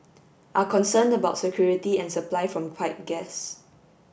are concerned about security and supply from pipe gas